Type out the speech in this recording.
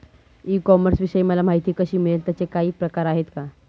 E कॉमर्सविषयी मला माहिती कशी मिळेल? त्याचे काही प्रकार आहेत का?